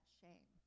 shame